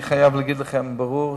אני חייב להגיד לכם בבירור,